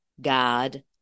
God